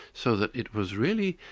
so that it was really,